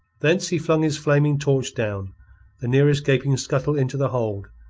thence he flung his flaming torch down the nearest gaping scuttle into the hold,